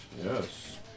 Yes